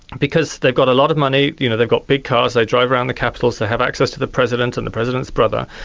because they've got a lot of money, you know they've got big cars, they drive around the capitols, they have access to the president and the president's brother,